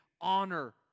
honor